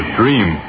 dream